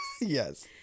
Yes